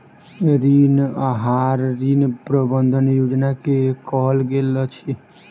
ऋण आहार, ऋण प्रबंधन योजना के कहल गेल अछि